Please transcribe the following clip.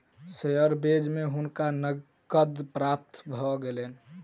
share बेच के हुनका नकद प्राप्त भ गेलैन